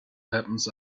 happens